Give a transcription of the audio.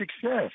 success